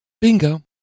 Bingo